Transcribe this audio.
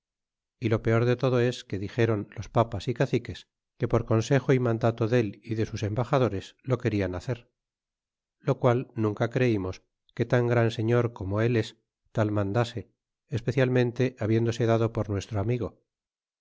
y lo peor de todo es que dixéron los papas y caciques que por consejo d mandado del y de sus embaxadores lo querian hacer lo cual nunca creimos que tan gran señor como él es tal mandase especialmente habiéndose dado por nuestro amigo